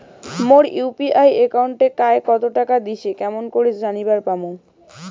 মোর UPI একাউন্টে কায় কতো টাকা দিসে কেমন করে জানিবার পামু?